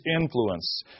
influence